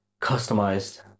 customized